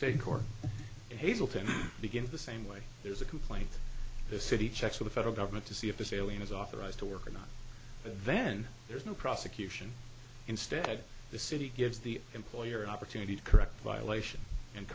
state court hazleton begins the same way there's a complaint the city checks to the federal government to see if this alien is authorized to work or not and then there's no prosecution instead the city gives the employer an opportunity to correct violations and